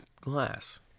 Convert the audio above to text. glass